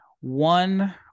one